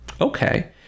Okay